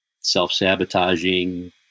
Self-sabotaging